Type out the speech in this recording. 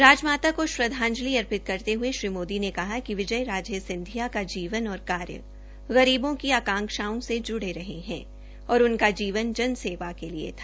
राजमाता को श्रद्धांजलि अर्पित करते हये श्री मोदी ने कहा कि विजय राजे सिंधिया का जीवन और कार्य गरीबों की आकांक्षाओं से जुड़े रहे है और उनका जीवन जन सेवा के लिए था